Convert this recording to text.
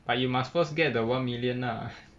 but you must first get the one million lah